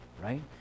right